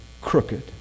crooked